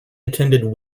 attended